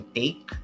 take